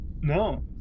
No